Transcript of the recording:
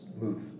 move